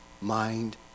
mind